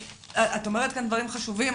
את אומרת כאן דברים חשובים.